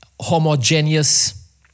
homogeneous